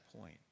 point